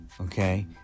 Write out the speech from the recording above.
Okay